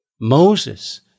Moses